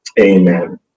Amen